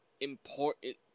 important